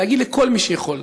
ולהגיד לכל מי שיכול,